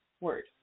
Word